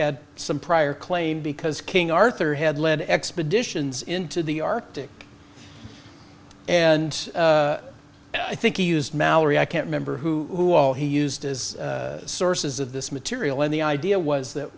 had some prior claim because king arthur had led expeditions into the arctic and i think he used mallory i can't remember who he used as sources of this material and the idea was that